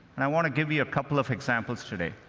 and i want to give you a couple of examples today